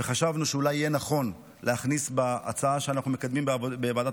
וחשבנו שאולי יהיה נכון להכניס להצעה שאנחנו מקדמים בוועדת